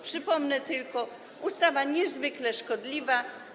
Przypomnę tylko, że to ustawa niezwykle szkodliwa.